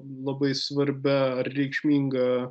labai svarbia ar reikšminga